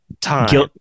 time